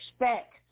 expect